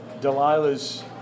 Delilah's